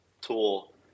tool